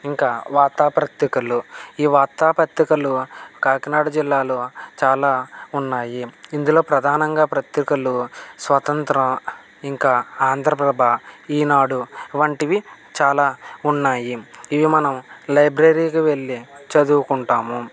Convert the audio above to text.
ఇంకా వార్తా పత్రికలూ ఈ వార్తా పత్రికలూ కాకినాడ జిల్లాలో చాలా ఉన్నాయి ఇందులో ప్రధానంగా పత్రికలూ స్వతంత్ర ఇంకా ఆంధ్రప్రభ ఈనాడు వంటివి చాలా ఉన్నాయి ఇవి మనం లైబ్రరీకి వెళ్లి చదువుకుంటాము